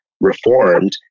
reformed